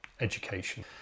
education